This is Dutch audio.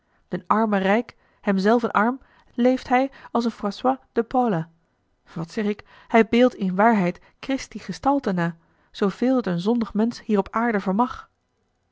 den armen rijk hem zelven arm leeft hij als een françois de paula wat zeg ik hij beeldt in waarheid christi gestalte na zooveel t een zondig mensch hier op aarde vermag